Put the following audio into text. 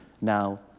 Now